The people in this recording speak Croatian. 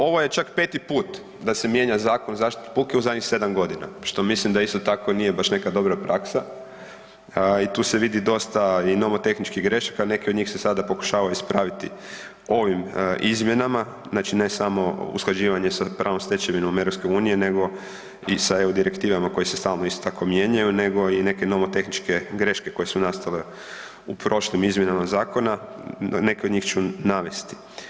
Ovo je čak peti put da se mijenja Zakon o zaštiti od buke u zadnjih sedam godina, što mislim da isto tako nije baš neka dobra praksa i tu se vidi dosta i nomotehničkih grešaka, neke od njih se sada pokušavaju ispraviti ovim izmjenama, znači ne samo usklađivanje sa pravnom stečevinom EU nego i sa eu direktivama koje se isto tako stalno mijenjaju nego i neke nomotehničke greške koje su nastale u prošlim izmjenama zakona, neke od njih ću navesti.